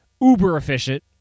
uber-efficient